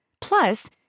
Plus